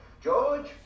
George